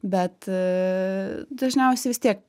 bet dažniausiai vis tiek